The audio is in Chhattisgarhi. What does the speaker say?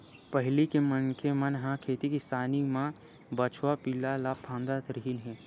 पहिली के मनखे मन ह खेती किसानी म बछवा पिला ल फाँदत रिहिन हे